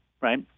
right